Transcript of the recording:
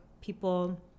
people